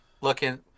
looking—